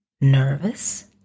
nervous